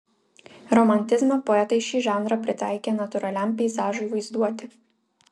romantizmo poetai šį žanrą pritaikė natūraliam peizažui vaizduoti